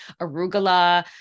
arugula